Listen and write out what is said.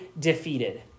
defeated